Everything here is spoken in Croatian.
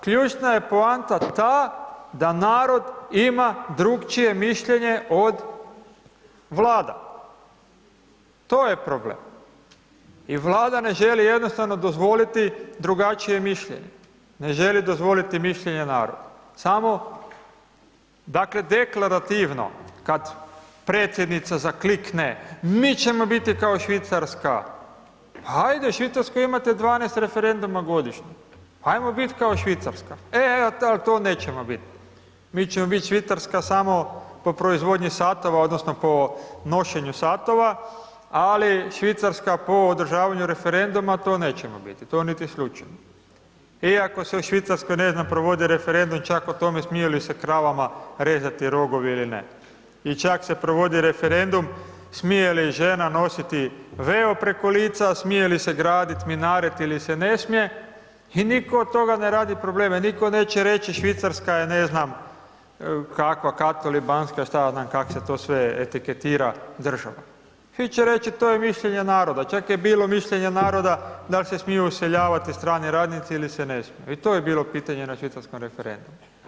Ključna je poanta ta da narod ima drukčije mišljenje od Vlada, to je problem i Vlada ne želi jednostavno dozvoliti drugačije mišljenje, ne želi dozvoliti mišljenje naroda, samo, dakle, deklarativno, kad predsjednica zaklikne, mi ćemo biti kao Švicarska, pa ajde, u Švicarskoj imate 12 referenduma godišnje, ajmo bit kao Švicarska, e, al to nećemo bit, mi ćemo biti Švicarska samo po proizvodnji satova odnosno po nošenju satova, ali Švicarska po održavanju referenduma, to nećemo biti, to niti slučajno, iako se u Švicarskoj, ne znam, provodi referendum čak o tome smiju li se kravama rezati rogovi ili ne i čak se provodi referendum smije li žena nositi veo preko lica, smije li se gradit minaret ili se ne smije i nitko od toga ne radi probleme, nitko neće reći Švicarska je, ne znam kakva, katolibanska, šta ja znam kak se to sve etiketira država, svi će reći to je mišljenje naroda, čak je bilo mišljenje naroda dal se smiju useljavati strani radnici ili se ne smiju i to je bilo pitanje na švicarskom referendumu.